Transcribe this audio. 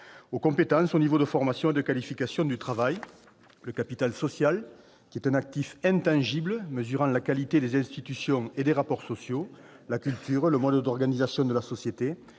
aux compétences, au niveau de formation et de qualification du travail ; le capital social, qui est un actif intangible mesurant la qualité des institutions et des rapports sociaux, comme la culture ou le mode d'organisation de la société-